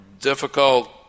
difficult